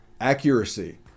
Accuracy